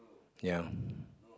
ya